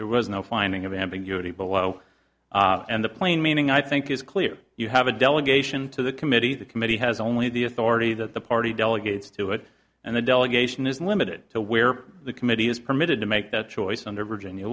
there was no finding of ambiguity below and the plain meaning i think is clear you have a delegation to the committee the committee has only the authority that the party delegates to it and the delegation is limited to where the committee is permitted to make that choice